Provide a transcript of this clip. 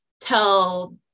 tell